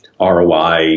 ROI